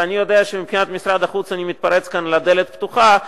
ואני יודע שמבחינת משרד החוץ אני מתפרץ כאן לדלת פתוחה,